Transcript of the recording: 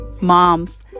Moms